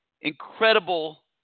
incredible